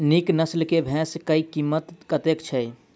नीक नस्ल केँ भैंस केँ कीमत कतेक छै?